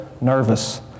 nervous